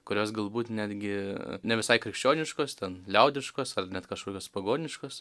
kurios galbūt netgi ne visai krikščioniškos ten liaudiškos ar net kažkokios pagoniškos